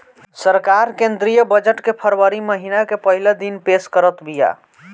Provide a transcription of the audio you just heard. सरकार केंद्रीय बजट के फरवरी महिना के पहिला दिने पेश करत बिया